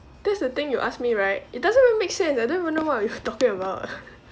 that's the thing you ask me right it doesn't even make sense I don't even know what you talking about